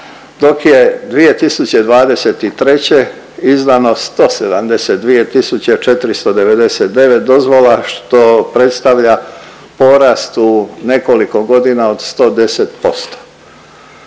dok je 2023. izdano 172.499 dozvola što predstavlja porast u nekoliko godina od 110%.